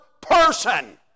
person